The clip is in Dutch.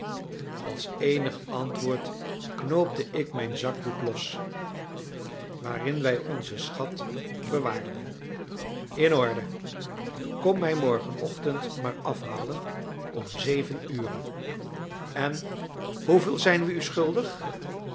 als eenig antwoord knoopte ik mijn zakdoek los waarin wij onzen schat bewaarden in orde kom mij morgenochtend maar afhalen om zeven ure en hoeveel zijn we u schuldig